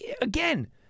again